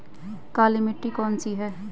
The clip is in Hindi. काली मिट्टी कौन सी है?